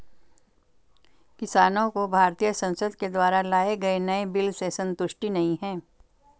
किसानों को भारतीय संसद के द्वारा लाए गए नए बिल से संतुष्टि नहीं है